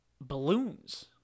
balloons